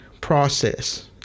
process